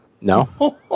No